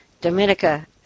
Dominica